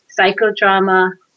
psychodrama